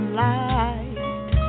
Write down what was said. light